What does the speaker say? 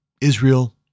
Israel